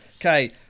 Okay